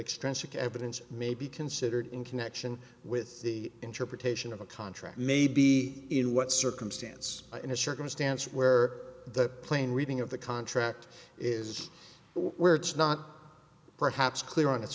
extrinsic evidence may be considered in connection with the interpretation of a contract may be in what circumstance in a circumstance where the plane reading of the contract is where it's not perhaps clear on